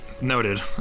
noted